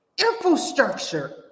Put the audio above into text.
Infrastructure